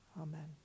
Amen